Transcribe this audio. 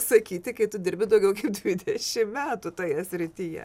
sakyti kai tu dirbi daugiau kaip dvidešim metų toje srityje